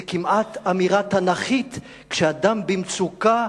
זו כמעט אמירה תנ"כית: כשאדם במצוקה